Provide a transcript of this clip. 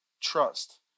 trust